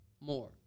more